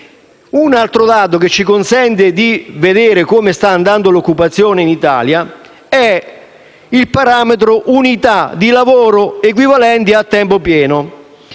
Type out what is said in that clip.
Un altro dato che ci consente di vedere come sta andando l'occupazione in Italia è il parametro «unità di lavoro equivalenti a tempo pieno».